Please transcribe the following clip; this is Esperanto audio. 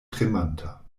tremanta